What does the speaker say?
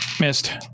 missed